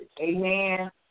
Amen